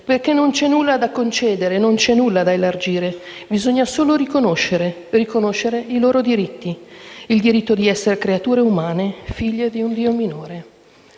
perché non c'è nulla da concedere, non c'è nulla da elargire. Bisogna solo riconoscere, riconoscere i loro diritti, quelli di essere creature umane, figlie di un Dio minore.